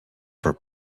for